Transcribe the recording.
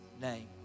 name